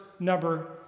Number